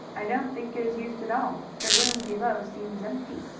i don't think it is used at all. the room below seems empty.